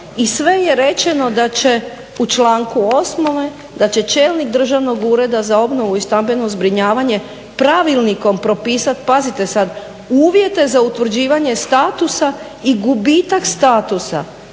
i sve je rečeno da će u članku 8. da će čelnik Državnog ureda za obnovu i stambeno zbrinjavanje Pravilnikom propisati pazite sad uvjete za utvrđivanje statusa i gubitak statusa,